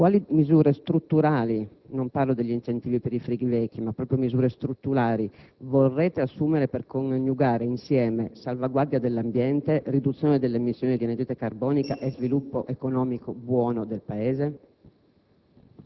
Quali misure strutturali - e non parlo degli incentivi per i frigoriferi vecchi - vorrete assumere per coniugare insieme salvaguardia dell'ambiente, riduzione dell'emissione di anidride carbonica e sviluppo economico buono del Paese?